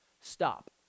stop